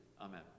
Amen